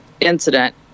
incident